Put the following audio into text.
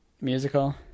musical